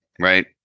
right